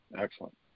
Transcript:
Excellent